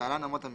(להלן אמות המידה),